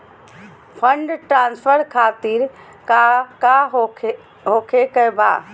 Fund transfer खातिर काका होखे का बा?